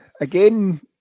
Again